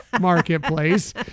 Marketplace